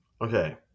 Okay